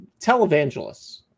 televangelists